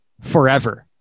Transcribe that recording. forever